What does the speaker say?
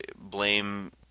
blame